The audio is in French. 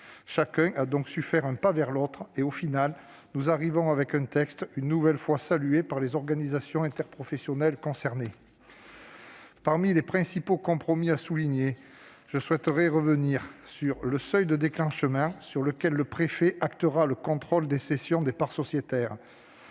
Chacun a su faire un pas vers l'autre, ce qui nous a permis, finalement, de parvenir à un texte une nouvelle fois salué par les organisations interprofessionnelles concernées. Parmi les principaux compromis à souligner, je reviendrai sur le seuil de déclenchement grâce auquel le préfet actera le contrôle des cessions de parts sociétaires.